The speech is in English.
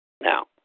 Now